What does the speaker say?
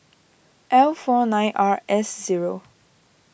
L four nine R S zero